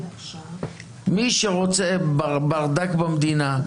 מי שרוצה ברדק במדינה,